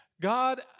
God